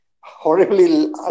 horribly